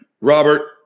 Robert